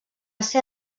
ser